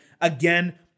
again